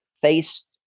face